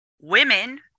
women